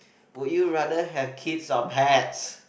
would you rather have kids or pets